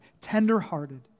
tender-hearted